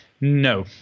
No